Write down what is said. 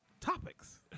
topics